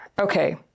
Okay